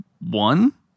one